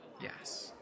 Yes